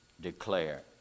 declare